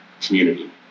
community